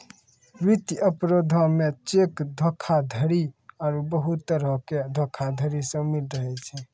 वित्तीय अपराधो मे चेक धोखाधड़ी आरु बहुते तरहो के धोखाधड़ी शामिल रहै छै